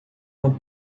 uma